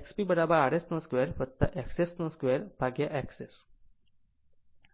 XPrs 2 XS 2 XS